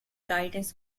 guidance